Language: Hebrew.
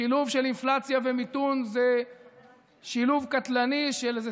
שילוב של אינפלציה ומיתון זה שילוב קטלני של איזו